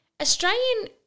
Australian